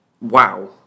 Wow